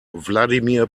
vladimir